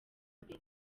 mbere